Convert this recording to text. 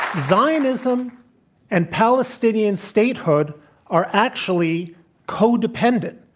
zionism and palestinian statehood are actually codependent.